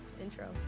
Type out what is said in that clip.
intro